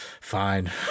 fine